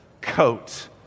coat